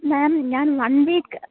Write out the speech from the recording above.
മേം ഞാൻ one week